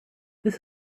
this